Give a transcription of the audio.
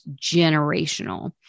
generational